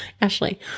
Ashley